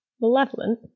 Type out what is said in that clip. Malevolent